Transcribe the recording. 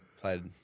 played